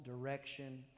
direction